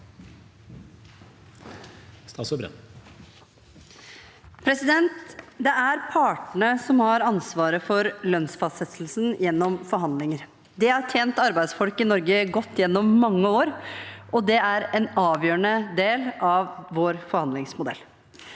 Det er partene som har ansvaret for lønnsfastsettelsen gjennom forhandlinger. Det har tjent arbeidsfolk i Norge godt gjennom mange år, og det er en avgjørende del av vår forhandlingsmodell.